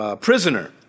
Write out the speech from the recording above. prisoner